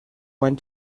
went